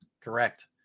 Correct